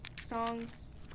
songs